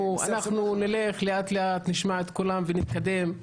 אנחנו נלך לאט-לאט, נשמע את כולם ונתקדם.